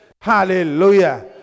Hallelujah